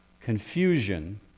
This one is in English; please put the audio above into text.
confusion